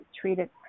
treated